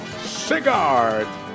Cigar